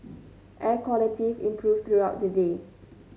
air quality improved throughout the day